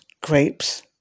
grapes